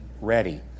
Ready